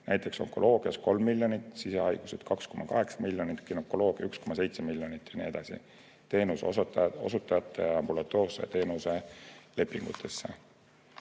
näiteks onkoloogiale 3 miljonit, sisehaigustele 2,8 miljonit, günekoloogiale 1,7 miljonit ja nii edasi, teenuseosutajate ambulatoorse teenuse lepingute